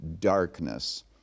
darkness